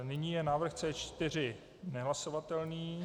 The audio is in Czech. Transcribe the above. Nyní je návrh C4 nehlasovatelný.